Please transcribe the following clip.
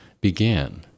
began